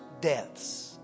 deaths